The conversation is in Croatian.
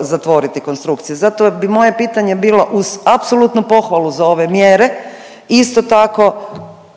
zatvoriti konstrukcije, zato bi moje pitanje bilo uz apsolutnu pohvalu za ove mjere, isto tako